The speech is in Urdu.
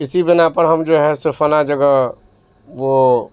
اسی بنا پر ہم جو ہے سو فلاں جگہ وہ